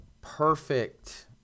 perfect